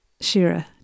Shira